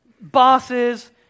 bosses